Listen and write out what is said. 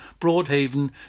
Broadhaven